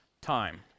time